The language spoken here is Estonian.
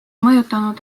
mõjutanud